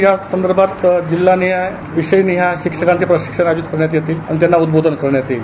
यासंदर्भात जिल्हानिहाय विषय निहायक शिक्षणांचं प्रशिक्षण आयोजित करण्यात येतं आणि त्यांना उद्बोधन करण्यात येईल